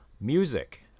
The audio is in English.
music